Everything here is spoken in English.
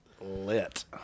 lit